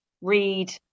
read